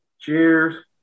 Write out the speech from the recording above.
Cheers